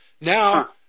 now